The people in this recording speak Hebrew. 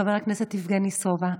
חבר הכנסת יבגני סובה,